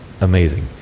amazing